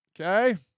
Okay